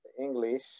english